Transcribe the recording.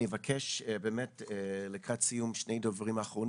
אני אבקש לקראת סיום משני דוברים נוספים לדבר,